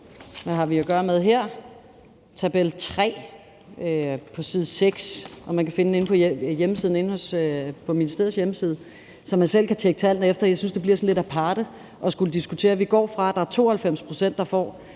der hedder tabel 3 – det er på side 6 – som man kan finde inde på ministeriets hjemmeside, så man selv kan tjekke tallene efter. Jeg synes, det bliver sådan lidt aparte at skulle diskutere det. Vi går fra, at der er 92 pct., der i